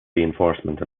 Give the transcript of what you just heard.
reinforcement